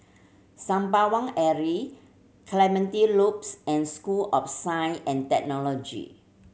Sembawang Alley Clementi Loops and School of Science and Technology